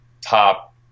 top